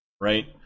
right